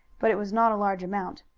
but it was not a large amount.